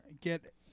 get